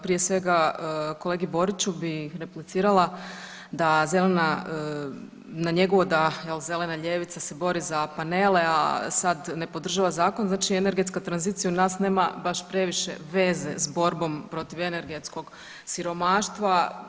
Prije svega, kolegi Boriću bih replicirala da zelena, na njegovo da, je li, zelena ljevica se bori za panele, a sad ne podržava Zakon, znači energetska tranzicija u nas nema baš previše veze s borbom protiv energetskog siromaštva.